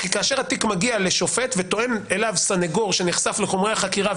כי כאשר התיק מגיע לשופט וטוען אליו סנגור שנחשף לחומרי החקירה,